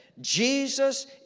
Jesus